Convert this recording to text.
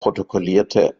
protokollierte